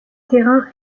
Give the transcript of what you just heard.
terrain